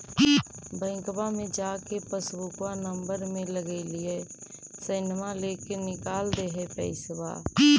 बैंकवा मे जा के पासबुकवा नम्बर मे लगवहिऐ सैनवा लेके निकाल दे है पैसवा?